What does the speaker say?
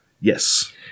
Yes